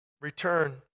Return